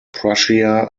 prussia